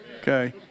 Okay